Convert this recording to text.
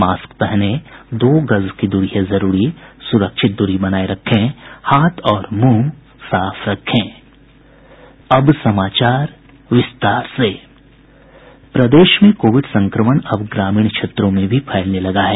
mask पहनें दो गज दूरी है जरूरी सुरक्षित दूरी बनाये रखें हाथ और मुंह साफ रखें प्रदेश में कोविड संक्रमण अब ग्रामीण क्षेत्रों में भी फैलने लगा है